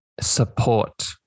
support